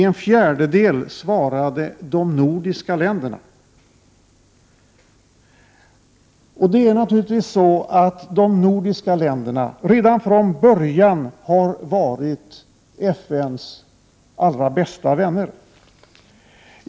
En fjärdedel svarade: De nordiska länderna.” De nordiska länderna har redan från början varit FN:s allra bästa vänner.